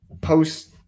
post